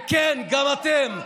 וכן, גם אתם.